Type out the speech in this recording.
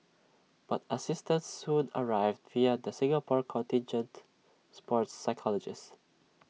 but assistance soon arrived via the Singapore contingent's sports psychologist